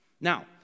Now